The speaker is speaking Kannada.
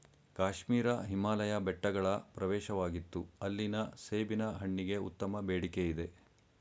ಕಾಶ್ಮೀರ ಹಿಮಾಲಯ ಬೆಟ್ಟಗಳ ಪ್ರವೇಶವಾಗಿತ್ತು ಅಲ್ಲಿನ ಸೇಬಿನ ಹಣ್ಣಿಗೆ ಉತ್ತಮ ಬೇಡಿಕೆಯಿದೆ